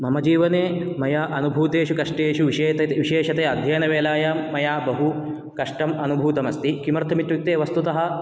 मम जीवने मया अनुभूतेषु कष्टेषु विशय् विशेषतया अध्ययनवेलायां मया बहुकष्टम् अनुभूतम् अस्ति किमर्थम् इत्युक्ते वस्तुतः